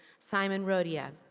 simon rodia.